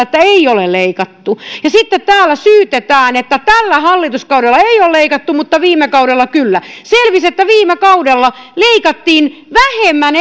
että ei ole leikattu ja sitten täällä syytetään että tällä hallituskaudella ei ole leikattu mutta viime kaudella kyllä selvisi että viime kaudella leikattiin euromääräisesti vähemmän